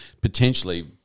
potentially